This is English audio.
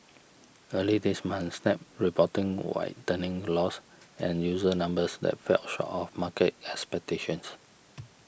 early this month Snap reporting widening loss and user numbers that fell short of market expectations